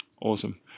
Awesome